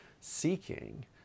seeking